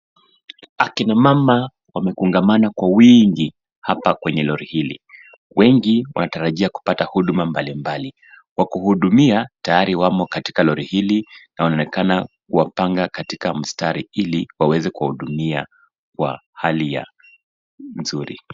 Akina mama wamekongamana kwa wingi hapa kwenye lori hili. Wengi wanatarajia kupata huduma mbali mbali. Wa kuhudumia tayari wamo katika lori hili na wanaonekana kuwapanga katika mstari ili waweze kuwahudumia kwa hali ya mzuri.